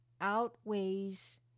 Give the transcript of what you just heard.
outweighs